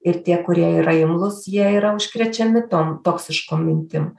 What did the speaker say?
ir tie kurie yra imlūs jie yra užkrečiami tom toksiškom mintim